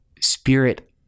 spirit